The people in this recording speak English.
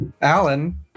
alan